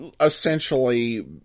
essentially